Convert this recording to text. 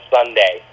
Sunday